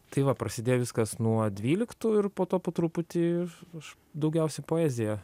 tai va prasidėjo viskas nuo dvyliktų ir po to po truputį aš daugiausia poeziją